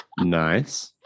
Nice